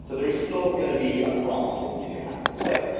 so there is still going to be a prompt that the user has to click,